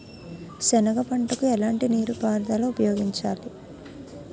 సెనగ పంటకు ఎలాంటి నీటిపారుదల ఉపయోగించాలి?